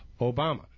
Obama